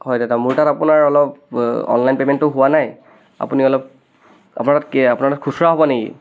হয় দাদা মোৰ তাত আপোনাৰ অলপ অনলাইন পে'মেণ্টটো হোৱা নাই আপুনি অলপ আপোনাৰ তাত কি আপোনাৰ তাত খুচুৰা হ'ব নেকি